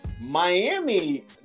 Miami